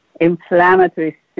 inflammatory